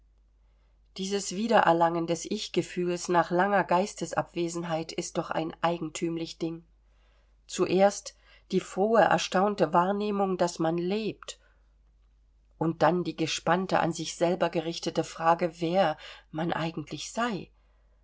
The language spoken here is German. dieses wiedererlangen des ichgefühls nach langer geistesabwesenheit ist doch ein eigentümlich ding zuerst die frohe erstaunte wahrnehmung daß man lebt und dann die gespannte an sich selber gerichtete frage wer man eigentlich sei